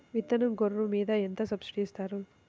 విత్తనం గొర్రు మీద ఎంత సబ్సిడీ ఇస్తారు?